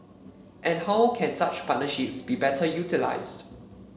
and how can such partnerships be better utilised